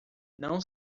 não